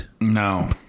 No